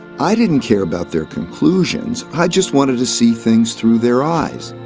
i didn't care about their conclusions, i just wanted to see things through their eyes,